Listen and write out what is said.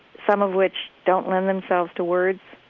some of which don't lend themselves to words.